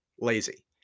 lazy